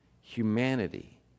humanity